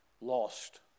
lost